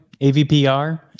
AVPR